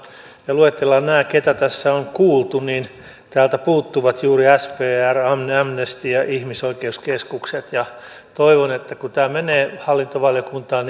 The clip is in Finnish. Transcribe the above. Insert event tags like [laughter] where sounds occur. ja luetellaan nämä keitä tässä on kuultu niin täältä puuttuvat juuri spr amnesty ja ihmisoikeuskeskukset toivon että kun tämä menee hallintovaliokuntaan [unintelligible]